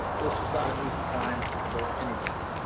this is not an easy time for anybody.